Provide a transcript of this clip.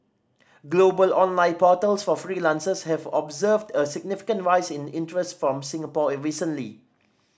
global online portals for freelancers have observed a significant rise in interest from Singapore recently